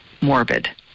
morbid